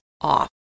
off